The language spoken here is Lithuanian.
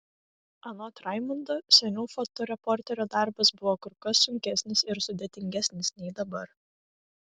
anot raimundo seniau fotoreporterio darbas buvo kur kas sunkesnis ir sudėtingesnis nei dabar